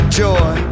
joy